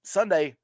Sunday